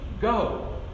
Go